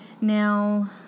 Now